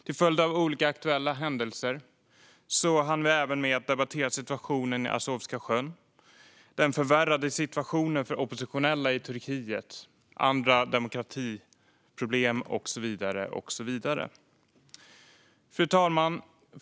Till följd av olika aktuella händelser hann vi även med att debattera situationen i Azovska sjön, den förvärrade situationen för oppositionella i Turkiet och andra demokratiproblem. Fru talman!